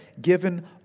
given